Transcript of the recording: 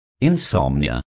insomnia